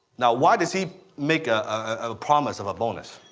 now why does he make a promise of a bonus?